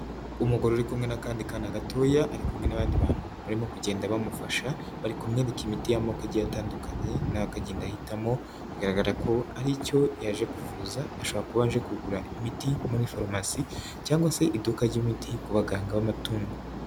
Umugore uri kumwe n'akandi k gatoya, ari kumwe n'abandi bantu barimo kugenda bamufasha, bari kumwereka imiti y'amoko igihe atandukanye, nawe akagenda ahitamo, bigaragara ko haricyo yaje kuvuza, ashobora kuba aje kugura imiti muri farumasi cyangwa se iduka ry'imiti, ku baganga b'amatungo.